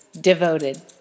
Devoted